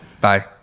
Bye